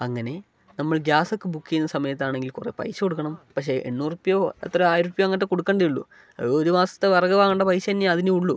അങ്ങനെ നമ്മൾ ഗ്യാസൊക്ക ബുക്ക് ചെയ്യുന്ന സമയത്ത് ആണെങ്കിൽ കുറെ പൈസ കൊടുക്കണം പക്ഷേ എണ്ണൂറ് റുപ്യായോ എത്ര ആയിരം റുപ്യെങ്ങാട്ട് കൊട്ക്കണ്ടയ്ള്ളു ഒരു മാസത്തെ വിറക് വാങ്ങണ്ട പൈശെന്ന്യാ അതിനുള്ളൂ